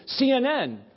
CNN